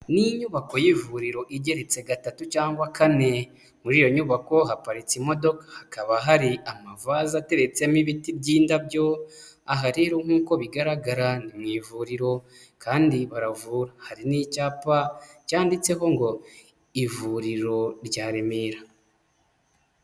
Ni inyubako y'ivuriro igeretse gatatu cyangwa kane, muri iyo nyubako haparitse imodoka hakaba hari amavaze ateretsemo ibiti by'indabyo, aha rero nk'uko bigaragara ni mu ivuriro kandi baravura, hari n'icyapa cyanditseho ngo "ivuriro rya Remera."